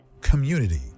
Community